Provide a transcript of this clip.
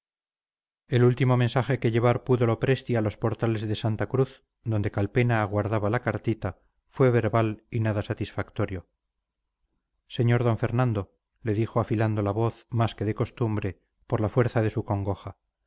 el último mensaje que llevar pudo lopresti a los portales de santa cruz donde calpena aguardaba la cartita fue verbal y nada satisfactorio sr d fernando le dijo afilando la voz más que de costumbre por la fuerza de su congoja